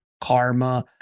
karma